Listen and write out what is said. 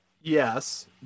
Yes